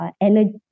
energy